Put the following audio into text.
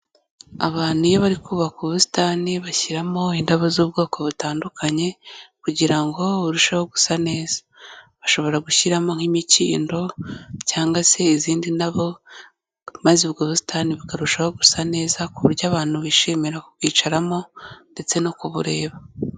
Abantu iyo bari kubaka ubusitani, bashyiramo indabo z'ubwoko butandukanye kugira ngo burusheho gusa neza. Bashobora gushyiramo nk'imikindo cyangwa se izindi nabo maze ubwo busitani bukarushaho gusa neza ku buryo abantu bishimira kubwicaramo ndetse no kubureba.